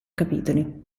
capitoli